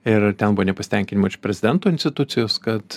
ir ten buvo nepasitenkinimo iš prezidento institucijos kad